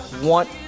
want